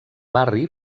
barri